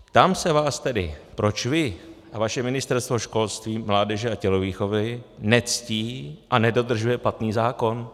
Ptám se vás tedy, proč vy a vaše Ministerstvo školství, mládeže a tělovýchovy nectíte a nedodržujete platný zákon.